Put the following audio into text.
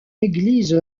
église